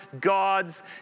God's